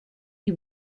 you